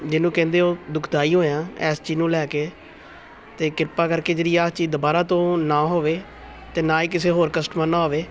ਜਿਹਨੂੰ ਕਹਿੰਦੇ ਉਹ ਦੁੱਖਦਾਈ ਹੋਇਆ ਇਸ ਚੀਜ਼ ਨੂੰ ਲੈ ਕੇ ਅਤੇ ਕਿਰਪਾ ਕਰਕੇ ਜਿਹੜੀ ਇਹ ਚੀਜ਼ ਦੁਬਾਰਾ ਤੋਂ ਨਾ ਹੋਵੇ ਅਤੇ ਨਾ ਹੀ ਕਿਸੇ ਹੋਰ ਕਸਟਮਰ ਨਾਲ ਹੋਵੇ